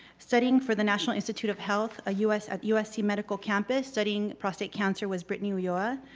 studying for the national institute of health, a us at usc medical campus, studying prostate cancer was brittany ulloa.